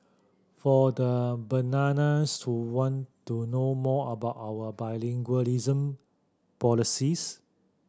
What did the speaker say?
for the bananas who want to know more about our bilingualism policies